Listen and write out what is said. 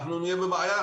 אנחנו נהיה בבעיה,